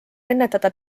ennetada